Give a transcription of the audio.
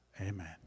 Amen